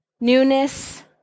newness